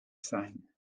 sein